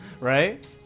Right